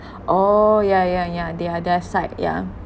oh ya ya ya they are that side yeah